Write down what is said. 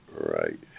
right